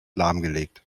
lahmgelegt